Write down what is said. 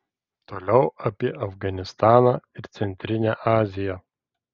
toliau apie afganistaną ir centrinę aziją